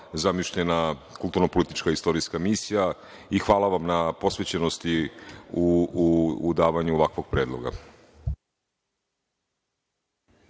zamišljena kulturno-politička i istorijska misija i hvala vam na posvećenosti u davanju ovakvog predloga.